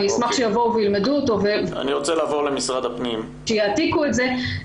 אשמח שיבואו וילמדו אותו ויעתיקו את זה.